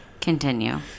Continue